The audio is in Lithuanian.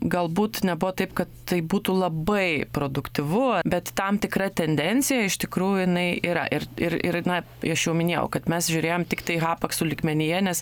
galbūt nebuvo taip kad tai būtų labai produktyvu bet tam tikra tendencija iš tikrųjų jinai yra ir ir ir na aš jau minėjau kad mes žiūrėjome tiktai hapaksų lygmenyje nes